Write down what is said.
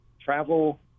travel